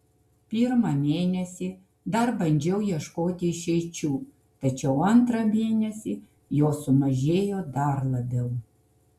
pirmą mėnesį dar bandžiau ieškoti išeičių tačiau antrą mėnesį jos sumažėjo dar labiau